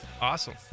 awesome